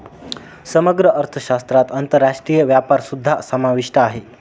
समग्र अर्थशास्त्रात आंतरराष्ट्रीय व्यापारसुद्धा समाविष्ट आहे